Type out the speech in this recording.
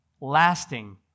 lasting